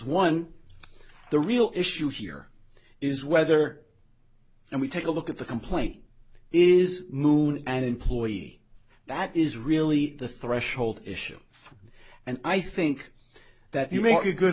one the real issue here is whether and we take a look at the complaint is moon and employee that is really the threshold issue and i think that you make a good